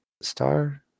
Star